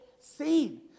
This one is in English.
seen